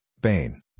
Bain